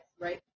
right